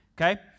Okay